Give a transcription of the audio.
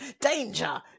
Danger